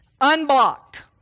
unblocked